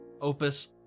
opus